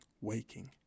waking